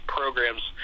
programs